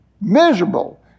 Miserable